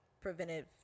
preventive